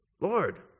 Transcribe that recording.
Lord